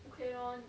okay lor